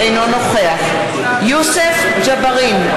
אינו נוכח יוסף ג'בארין,